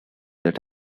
that